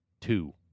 Two